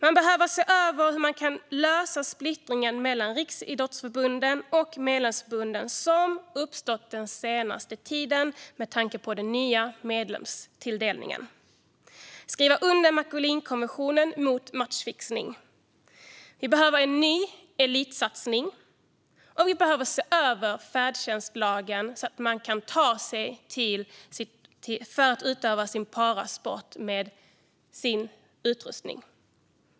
Man behöver se över hur splittringen mellan Riksidrottsförbundet och medlemsförbunden som uppstått den senaste tiden med tanke på den nya medelstilldelningen kan lösas. Vidare måste Macolinkonventionen mot matchfixning skrivas under. Vi behöver en ny elitsatsning. Slutligen behöver vi se över färdtjänstlagen så att man kan ta sig dit man ska med sin utrustning för att utöva sin parasport.